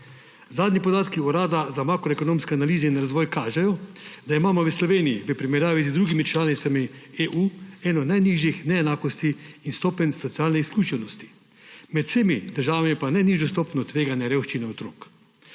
Zadnji podatki Urada za makroekonomske analize in razvoj kažejo, da imamo v Sloveniji v primerjavi z drugimi članicami EU eno najnižjih neenakosti in stopenj socialne izključenosti, med vsemi državami pa najnižjo stopnjo tveganja revščine otrok.